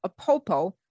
APOPO